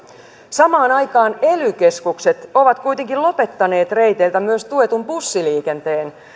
samaan aikaan ely keskukset ovat kuitenkin lopettaneet reiteiltä myös tuetun bussiliikenteen